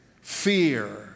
fear